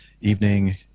evening